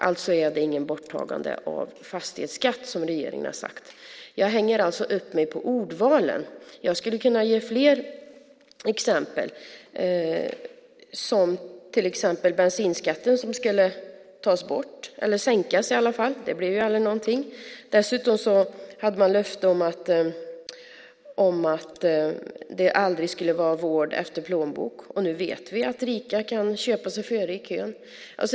Alltså är det inget borttagande av fastighetsskatten, som regeringen har sagt. Jag hänger alltså upp mig på ordvalen. Jag skulle kunna ge fler exempel. Bensinskatten skulle "tas bort" eller i alla fall "sänkas". Det blev aldrig någonting. Dessutom hade man löfte om att det aldrig skulle vara "vård efter plånbok". Nu vet vi att rika kan köpa sig före i kön.